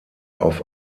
auf